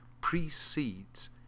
precedes